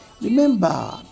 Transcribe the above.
Remember